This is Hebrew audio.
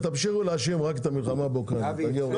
תמשיכו להאשים רק את המלחמה באוקראינה.